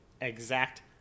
exact